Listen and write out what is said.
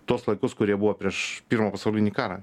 tuos laikus kurie buvo prieš pirmą pasaulinį karą